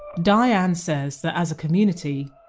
diane says that as a community,